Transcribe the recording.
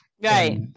Right